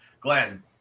Glenn